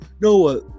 Noah